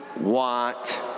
want